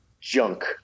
junk